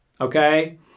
Okay